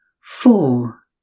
four